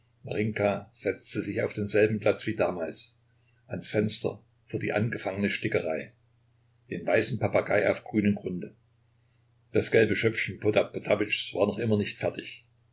setzte sich auf denselben platz wie damals ans fenster vor die angefangene stickerei den weißen papagei auf grünem grunde das gelbe schöpfchen potap potapytschs war noch immer nicht fertig